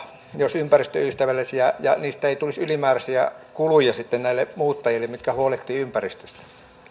olisivat ympäristöystävällisiä ja että niistä ei tulisi ylimääräisiä kuluja näille muuttajille jotka huolehtivat ympäristöstä